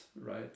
right